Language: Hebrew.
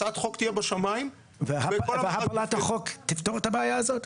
הצעת חוק תהיה בשמיים -- והפלת החוק תפתור את הבעיה הזאת?